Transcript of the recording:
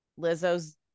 lizzo's